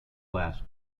last